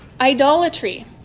Idolatry